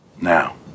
Now